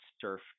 surf